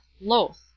loath